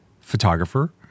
photographer